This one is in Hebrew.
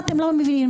אתם לא מבינים.